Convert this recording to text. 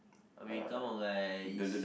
I mean kind of like is